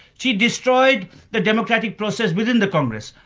she destroyed the democratic process within the congress.